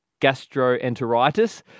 gastroenteritis